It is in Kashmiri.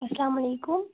السلام علیکم